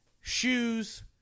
shoes